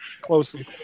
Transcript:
closely